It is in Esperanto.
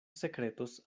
sekretos